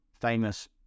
famous